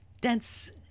dense